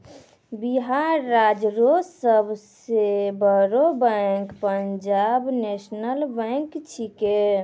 बिहार राज्य रो सब से बड़ो बैंक पंजाब नेशनल बैंक छैकै